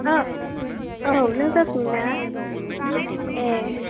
औ नों जासमिन ना ए